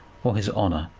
or his honour.